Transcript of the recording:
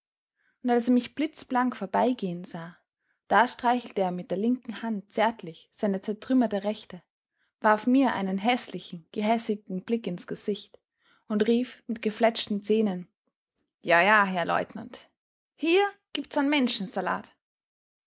und als er mich blitzblank vorbeigehen sah da streichelte er mit der linken hand zärtlich seine zertrümmerte rechte warf mir einen häßlichen gehässigen blick ins gesicht und rief mit gefletschten zähnen ja ja herr leutnant hier gibt's an